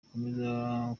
bakomeza